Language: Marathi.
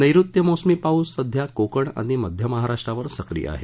नैऋत्य मोसमी पाऊस सध्या कोकण आणि मध्य महाराष्ट्रावर सक्रीय आहे